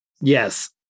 Yes